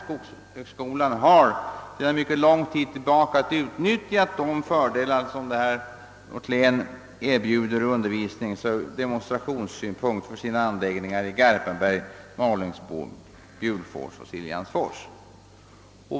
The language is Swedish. Skogshögskolan har sedan mycket lång tid utnyttjat de fördelar vårt län erbjuder från undervisningsoch demonstrationssynpunkt vid sina anläggningar i Garpenberg, Malingsbo, Bjurfors och Siljansfors.